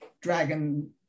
dragon